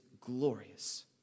glorious